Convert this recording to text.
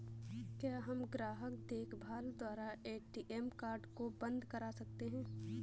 क्या हम ग्राहक देखभाल द्वारा ए.टी.एम कार्ड को बंद करा सकते हैं?